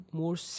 more